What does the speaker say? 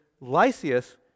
Lysias